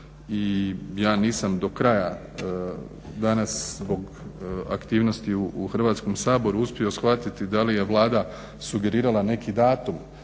ja nisam do kraja danas zbog aktivnosti u Hrvatskom saboru uspio shvatiti da li je Vlada sugerirala neki datum.